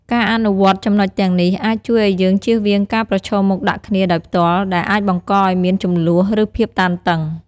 ការអនុវត្តន៍ចំណុចទាំងនេះ អាចជួយឲ្យយើងជៀសវាងការប្រឈមមុខដាក់គ្នាដោយផ្ទាល់ ដែលអាចបង្កឲ្យមានជម្លោះ ឬភាពតានតឹង។